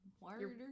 water